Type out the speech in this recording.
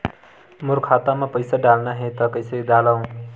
मोर खाता म पईसा डालना हे त कइसे डालव?